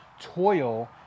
toil